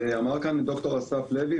אמר כאן ד"ר אסף לוי,